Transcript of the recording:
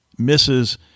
misses